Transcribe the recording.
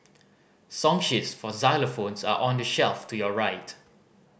song sheets for xylophones are on the shelf to your right